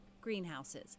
greenhouses